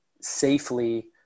safely